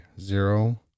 zero